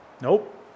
Nope